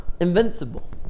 invincible